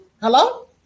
Hello